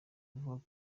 avuga